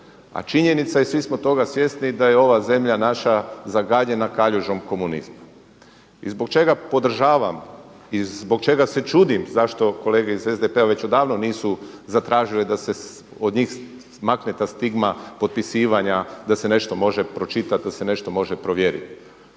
A činjenica je i svi smo toga svjesni da je ova zemlja naša zagađena kaljužom komunizma. I zbog čega podržavam i zbog čega se čudim zašto kolege iz SDP-a već odavno nisu zatražile da se od njih makne ta stigma potpisivanja da se nešto može pročitati, da se nešto može provjeriti.